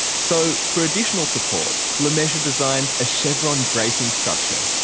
so for additional support, lemessurier designed a chevron bracing structure,